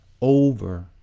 over